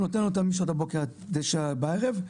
הוא נותן אותם משעות הבוקר עד תשע בערב,